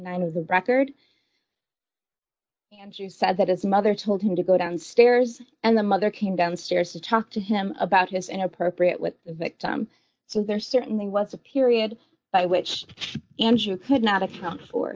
dollars of the record and you said that his mother told him to go downstairs and the mother came downstairs to talk to him about his inappropriate with the victim so there certainly was a period by which and you could not account for